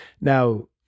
now